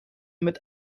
mit